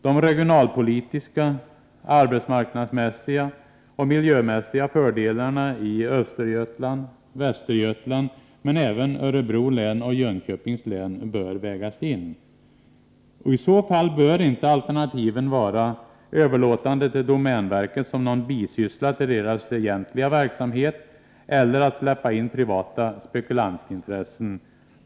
De regionalpolitiska, arbetsmarknadsmässiga och miljömässiga fördelarna i Östergötland och Västergötland men även i Örebro län och Jönköpings län bör då vägas in. I så fall bör inte alternativen vara antingen att överlåta kanalverksamheten till domänverket och låta den bli ett slags bisyssla till dess egentliga verksamhet eller att släppa in privata spekulationsintressen.